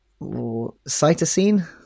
cytosine